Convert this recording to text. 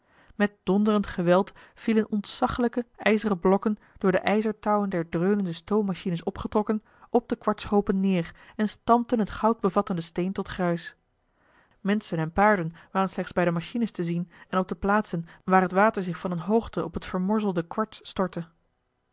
met donderend geweld vielen ontzaglijke ijzeren blokken door de ijzertouwen der dreunende stoommachines opgetrokken op de kwartshoopen neer en stampten het goudbevattende steen tot gruis menschen en paarden waren slechts bij de machines te zien en op de plaatsen waar het water zich van eene hoogte op het vermorzelde kwarts stortte